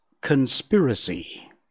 conspiracy